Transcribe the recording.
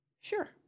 Sure